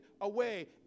away